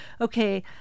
Okay